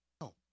No